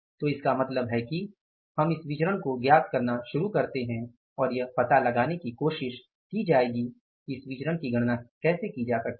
तो इसका मतलब है कि हम इस विचरण को ज्ञात करना शुरू करते है और यह पता लगाने की कोशिश की जाएगी कि इस विचरण की गणना कैसे की जा सकती है